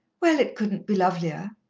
well, it couldn't be lovelier,